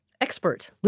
expert